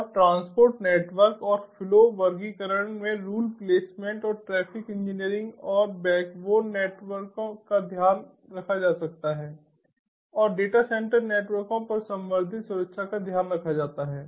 और transport network और flow वर्गीकरण में रूल प्लेसमेंट और ट्रैफिक इंजीनियरिंग और बैकबोन नेटवर्कों का ध्यान रखा जा सकता है और डेटा सेंटर नेटवर्कों पर संवर्धित सुरक्षा का ध्यान रखा जाता है